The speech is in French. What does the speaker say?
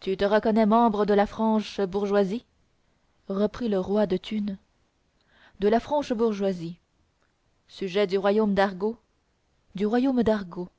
tu te reconnais membre de la franche bourgeoisie reprit le roi de thunes de la franche bourgeoisie sujet du royaume d'argot du royaume d'argot